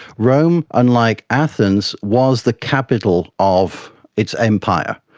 rome, unlike athens, was the capital of its empire.